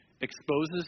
exposes